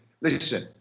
listen